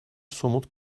somut